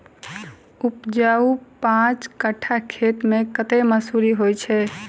उपजाउ पांच कट्ठा खेत मे कतेक मसूरी होइ छै?